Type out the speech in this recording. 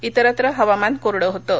विरत्र हवामान कोरडं होतं